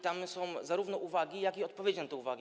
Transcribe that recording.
Tam są zarówno uwagi, jak i odpowiedzi na te uwagi.